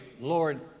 Lord